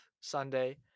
Sunday